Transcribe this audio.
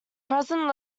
present